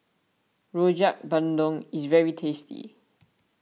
Rojak Bandung is very tasty